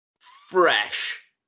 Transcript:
fresh